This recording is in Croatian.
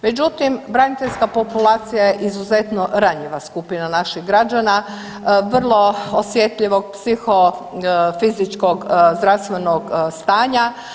Međutim, braniteljska populacija je izuzetno ranjiva skupina naših građana, vrlo osjetljivog psihofizičkog zdravstvenog stanja.